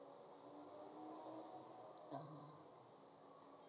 uh